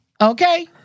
okay